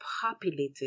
populated